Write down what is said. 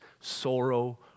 sorrow